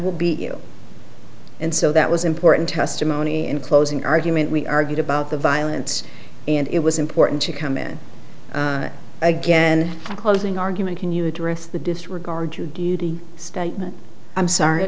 you and so that was important testimony in closing argument we argued about the violence and it was important to come in again a closing argument can you address the disregard to duty statement i'm sorry